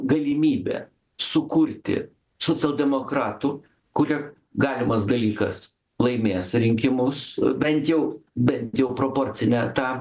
galimybė sukurti socialdemokratų kurie galimas dalykas laimės rinkimus bent jau bent jau proporcinę tą